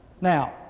Now